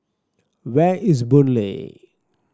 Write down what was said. where is Boon Lay